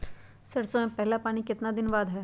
सरसों में पहला पानी कितने दिन बाद है?